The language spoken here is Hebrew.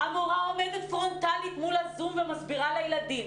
המורה עומדת פרונטלית בזום ומסבירה לתלמידים,